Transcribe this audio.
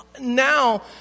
now